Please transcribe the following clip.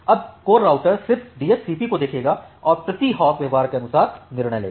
अब core router सिर्फ DSCP को देखेगा और प्रति हॉप व्यवहार के अनुसार निर्णय लेगा